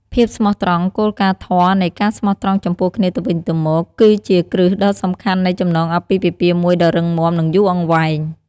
ភាពស្មោះត្រង់ គោលការណ៍ធម៌នៃការស្មោះត្រង់ចំពោះគ្នាទៅវិញទៅមក គឺជាគ្រឹះដ៏សំខាន់នៃចំណងអាពាហ៍ពិពាហ៍មួយដ៏រឹងមាំ និងយូរអង្វែង។